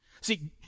See